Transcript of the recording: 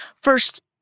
First